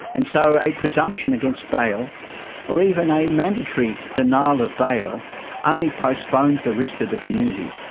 and so a presumption against bail or even a mandatory denial of bail only postpones the risk to the community.